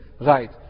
right